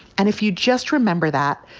and if you just remember that,